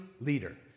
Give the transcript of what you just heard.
leader